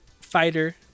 Fighter